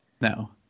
No